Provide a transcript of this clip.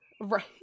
Right